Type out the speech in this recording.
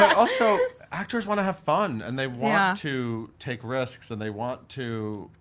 also, actors wanna have fun, and they want to take risks, and they want to.